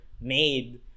made